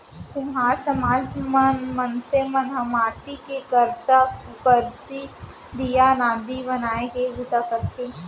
कुम्हार समाज म मनसे मन ह माटी के करसा, करसी, दीया, नांदी बनाए के बूता करथे